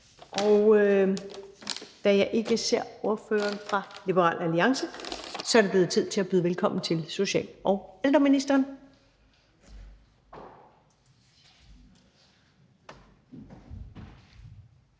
Og da jeg ikke ser ordføreren fra Liberal Alliance, er det blevet tid til at byde velkommen til social- og ældreministeren.